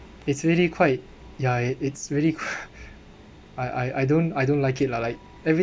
it's really quite ya it it's really I I don't I don't like it lah like every